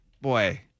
Boy